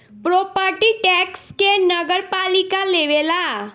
property tax के नगरपालिका लेवेला